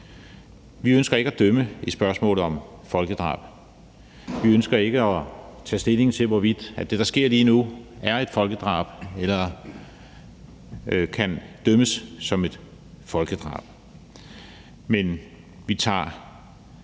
Vi ønsker ikke at dømme i spørgsmålet om folkedrab, vi ønsker ikke at tage stilling til, hvorvidt det, der sker lige nu, er et folkedrab eller kan dømmes som et folkedrab, men vi tager